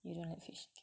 you don't like fish